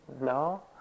No